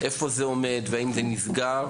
איפה זה עומד והאם זה נסגר.